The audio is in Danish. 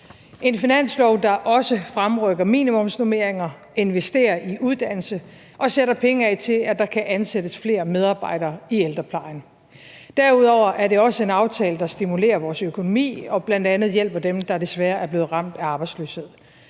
en finanslov, der også fremrykker minimumsnormeringer, investerer i uddannelse og sætter penge af til, at der kan ansættes flere medarbejdere i ældreplejen. Derudover er det også en aftale, der stimulerer vores økonomi og bl.a. hjælper dem, der desværre er blevet ramt af arbejdsløshed.